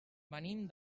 venim